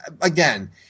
again